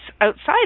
outside